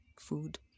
food